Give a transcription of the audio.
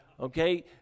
Okay